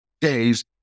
days